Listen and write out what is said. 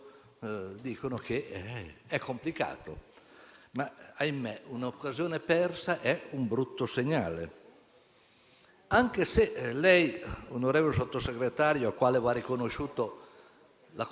il sistema dei rapporti dello Stato con i cittadini anche a seguito del disagio e del disastro della pandemia. Non era una prova di sforzo prima della gara.